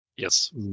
Yes